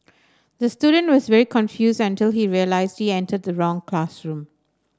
the student was very confused until he realised he entered the wrong classroom